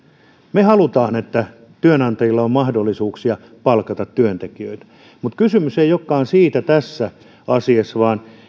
me haluamme että työnantajilla on mahdollisuuksia palkata työntekijöitä mutta kysymys ei olekaan siitä tässä asiassa vaan